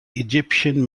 egyptian